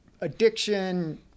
Addiction